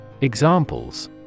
Examples